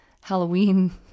Halloween